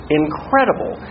incredible